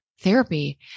therapy